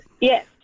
Yes